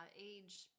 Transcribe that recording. Age